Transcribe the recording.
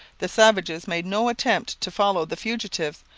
the savages made no attempt to follow the fugitives,